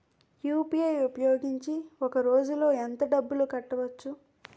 UPI ఉపయోగించి ఒక రోజులో ఎంత డబ్బులు కట్టవచ్చు?